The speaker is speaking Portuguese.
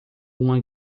uma